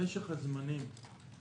משך הזמנים.